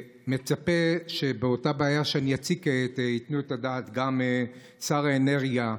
מצפה שעל הבעיה שאני אציג כעת ייתן את הדעת גם שר האנרגיה,